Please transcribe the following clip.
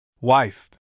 Wife